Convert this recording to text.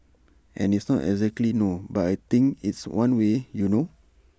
and it's not exactly no but I think it's one way you know